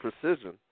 precision